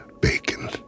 bacon